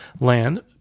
land